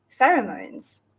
pheromones